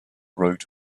wrote